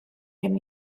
can